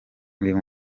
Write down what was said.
uyu